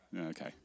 Okay